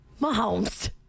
Mahomes